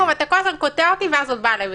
הזמן קוטע אותי ואז עוד בא אלי בטענות.